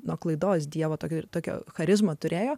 nuo klaidos dievo tokio ir tokią charizmą turėjo